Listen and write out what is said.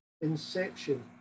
inception